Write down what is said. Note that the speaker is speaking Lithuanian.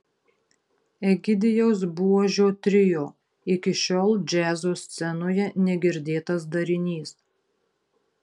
egidijaus buožio trio iki šiol džiazo scenoje negirdėtas darinys